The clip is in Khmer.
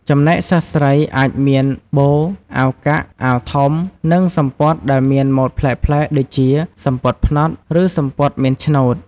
ចំណែកសិស្សស្រី អាចមាន បូ អាវកាក់ អាវធំ និងសំពត់ដែលមានម៉ូដប្លែកៗ ដូចជា សំពត់ផ្នត់ ឬសំពត់មានឆ្នូត។